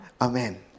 Amen